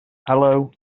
hello